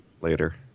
later